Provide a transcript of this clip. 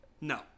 No